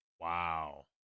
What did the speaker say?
Wow